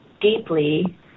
deeply